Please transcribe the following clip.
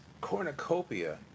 cornucopia